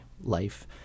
life